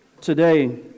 today